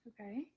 Okay